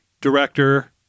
director